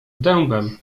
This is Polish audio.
dębem